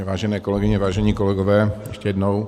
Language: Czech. Vážené kolegyně, vážení kolegové, ještě jednou.